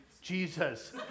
Jesus